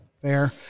fair